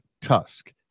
Tusk